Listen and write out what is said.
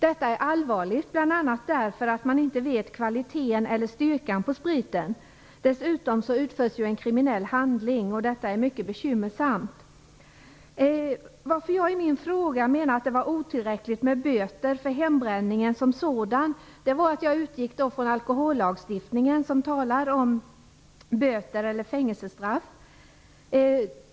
Detta är allvarligt, bl.a. därför att man inte vet kvaliteten eller styrkan på spriten. Dessutom utförs en kriminell handling. Detta är mycket bekymmersamt. Anledningen till att jag i min fråga menar att det är otillräckligt med böter för hembränningen som sådan är att jag utgick från alkohollagstiftningen, som talar om böter eller fängelsestraff.